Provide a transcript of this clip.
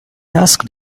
asked